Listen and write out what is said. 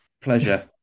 pleasure